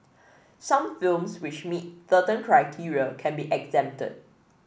some films which meet certain criteria can be exempted